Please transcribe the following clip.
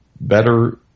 better